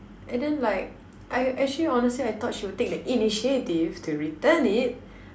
and then like I actually honestly I thought she would take the initiative to return it